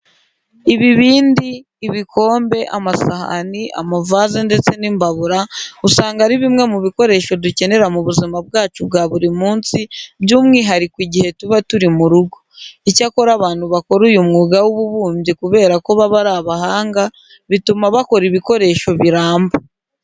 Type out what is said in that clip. Ibibindi, ibikombe, amasahani, amavaze ndetse n'imbabura usanga ari bimwe mu bikoresho dukenera mu buzima bwacu bwa buri munsi by'umwihariko igihe tuba turi mu rugo. Icyakora abantu bakora uyu mwuga w'ububumbyi kubera ko baba ari abahanga bituma bakora ibikoresho biramba.